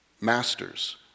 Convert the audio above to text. Masters